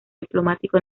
diplomático